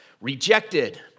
rejected